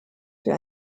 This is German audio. für